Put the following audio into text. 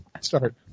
start